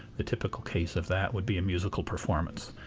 the typical case of that would be a musical performance.